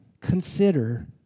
consider